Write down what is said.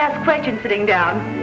ask question sitting down